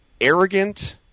arrogant